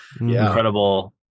incredible